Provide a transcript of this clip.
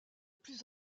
plus